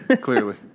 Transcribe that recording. Clearly